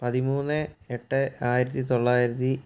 പതിമൂന്ന് എട്ട് ആയിരത്തി തൊള്ളായിരത്തി